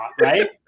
right